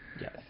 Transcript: Yes